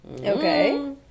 Okay